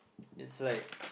it's like